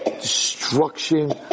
destruction